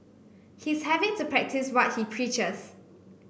he's having to practice what he preaches